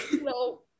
No